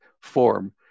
form